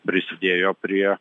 prisidėjo prie